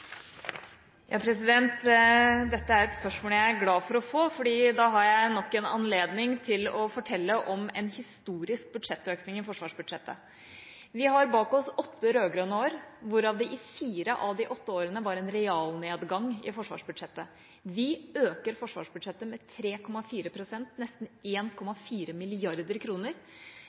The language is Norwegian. Dette er et spørsmål som jeg er glad for å få, for da har jeg nok en anledning til å fortelle om en historisk budsjettøkning i forsvarsbudsjettet. Vi har bak oss åtte rød-grønne år, hvorav det i fire var en realnedgang i forsvarsbudsjettet. Vi øker forsvarsbudsjettet med 3,4 pst. – nesten 1,5 mrd. kr – og det er en